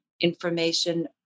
information